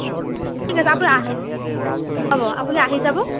অঁ ঠিক আছে আপুনি আহক হ'ব আপুনি আহি যাব